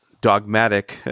dogmatic